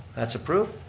that's approved.